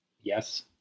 yes